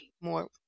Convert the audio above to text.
more